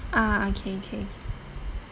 ah okay okay okay